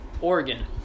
Oregon